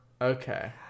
Okay